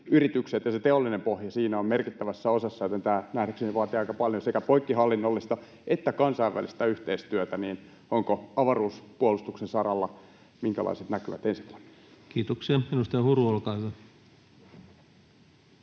siviiliyritykset ja se teollinen pohja siinä ovat merkittävässä osassa, joten tämä nähdäkseni vaatii aika paljon sekä poikkihallinnollista että kansainvälistä yhteistyötä. Onko avaruuspuolustuksen saralla minkälaiset näkymät ensi vuonna? [Speech 144] Speaker: